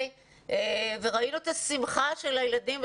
ראינו את השמחה של הילדים,